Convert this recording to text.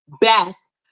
best